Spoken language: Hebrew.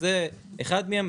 אז זה אחד מהם,